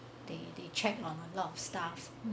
they they check on a lot of stuffs